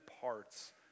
parts